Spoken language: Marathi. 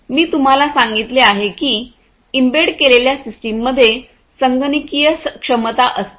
मी तुम्हाला सांगितले आहे की एम्बेड केलेल्या सिस्टम मध्ये संगणकीय क्षमता असते